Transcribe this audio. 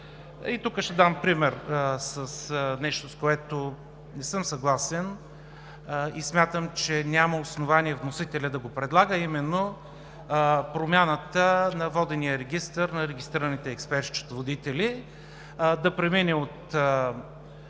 тук ще дам пример с нещо, с което не съм съгласен и смятам, че вносителят няма основание да го предлага, а именно промяната на водения регистър на регистрираните експерт-счетоводители да премине от